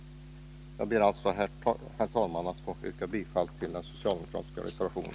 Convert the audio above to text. Herr talman! Jag ber att få yrka bifall till den socialdemokratiska reservationen.